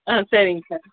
ஆ சரிங்க சார்